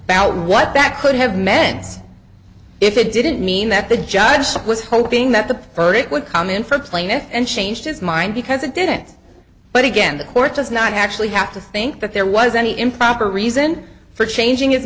about what that could have meant if it didn't mean that the judge was hoping that the verdict would come in from playing it and changed his mind because it didn't but again the court does not actually have to think that there was any improper reason for changing